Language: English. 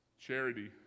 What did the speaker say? Charity